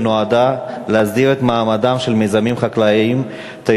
שנועדה להסדיר את מעמדם של מיזמים חקלאיים-תיירותיים